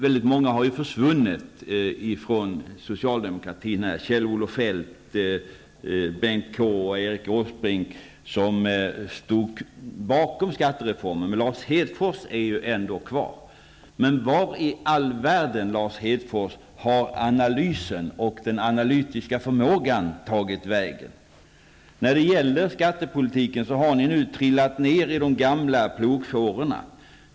Väldigt många av de socialdemokrater som stod bakom skattereformen har ju försvunnit -- Kjel - Åsbrink --, men Lars Hedfors är ändå kvar. Men vart i all världen, Lars Hedfors, har analysen och den analytiska förmågan tagit vägen? När det gäller skattepolitiken har ni nu trillat ner i de gamla plogfårorna.